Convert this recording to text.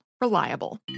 reliable